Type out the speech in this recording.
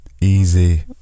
Easy